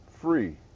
Free